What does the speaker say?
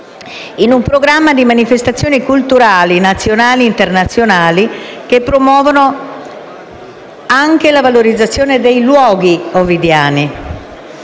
in un programma di manifestazioni culturali nazionali e internazionali che promuovono anche la valorizzazione dei luoghi ovidiani.